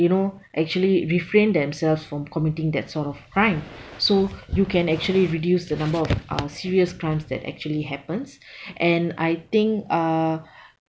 you know actually refrain themselves from committing that sort of crime so you can actually reduce the number of uh serious crimes that actually happens and I think uh